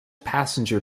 passenger